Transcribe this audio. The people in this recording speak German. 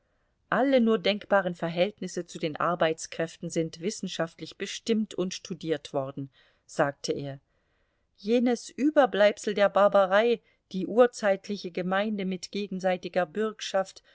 alle nur denkbaren verhältnisse zu den arbeitskräften sind wissenschaftlich bestimmt und studiert worden sagte er jenes überbleibsel der barbarei die urzeitliche gemeinde mit gegenseitiger bürgschaft